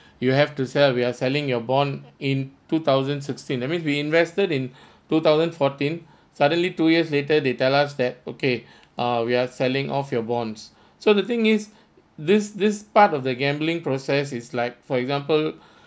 you have to sell we are selling your bond in two thousand sixteen that means we invested in two thousand fourteen suddenly two years later they tell us that okay ah we are selling off your bonds so the thing is this this part of the gambling process is like for example